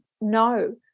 no